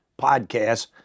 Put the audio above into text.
podcast